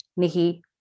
Nikki